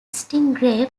stingray